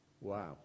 Wow